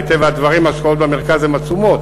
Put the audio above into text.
מטבע הדברים, ההשקעות במרכז הן עצומות,